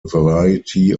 variety